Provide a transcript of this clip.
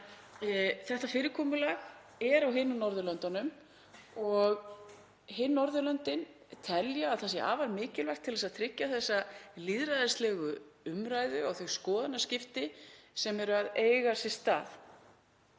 Þetta fyrirkomulag er annars staðar á Norðurlöndunum og önnur Norðurlönd telja það afar mikilvægt, til að tryggja lýðræðislega umræðu og þau skoðanaskipti sem eru að eiga sér stað.